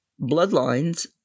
bloodlines